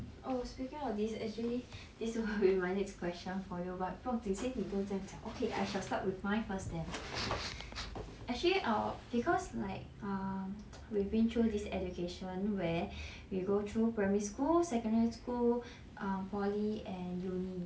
oh speaking of this actually this will be my next question for you but 不用紧 since 你都这样讲 okay I shall start with mine first then actually err because like um we've been through this education where we go through primary school secondary school um poly and uni